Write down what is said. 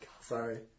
Sorry